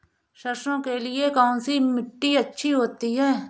सरसो के लिए कौन सी मिट्टी अच्छी होती है?